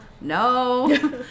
no